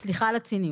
סליחה על הציניות.